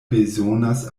bezonas